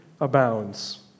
abounds